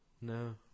No